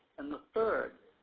and the third